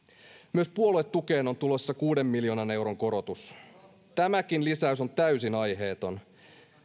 myös puoluetukeen on tulossa kuuden miljoonan euron korotus tämäkin lisäys on täysin aiheeton